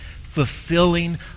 fulfilling